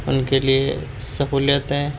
ان کے لیے سہولیتیں